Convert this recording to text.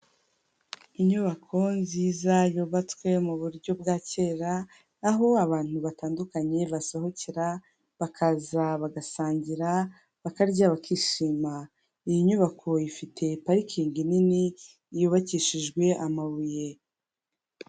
Inyubako nziza yubatswe mu buryo bwa kera aho abantu batandukanye basohokera bakaza bagasangira bakarya bakishima, iyi nyubako ifite parikingi nini yubakishijwe amabuye.